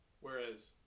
Whereas